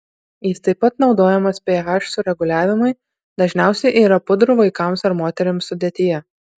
jis taip pat naudojamas ph sureguliavimui dažniausiai yra pudrų vaikams ar moterims sudėtyje